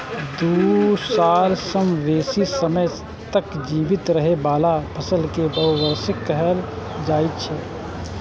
दू साल सं बेसी समय तक जीवित रहै बला फसल कें बहुवार्षिक कहल जाइ छै